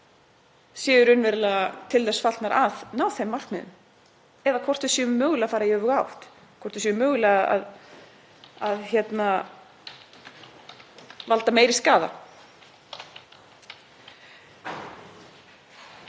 til séu raunverulega til þess fallnar að ná þeim markmiðum eða hvort við séum mögulega að fara í öfuga átt, hvort við séum mögulega að valda meiri skaða.